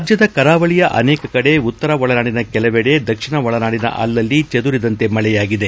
ರಾಜ್ನದ ಕರಾವಳಿಯ ಅನೇಕ ಕಡೆ ಉತ್ತರ ಒಳನಾಡಿನ ಕೆಲವೆಡೆ ದಕ್ಷಿಣ ಒಳನಾಡಿನ ಅಲ್ಲಲ್ಲಿ ಚದುರಿದಂತೆ ಮಳೆಯಾಗಿದೆ